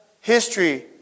history